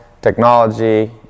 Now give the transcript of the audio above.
technology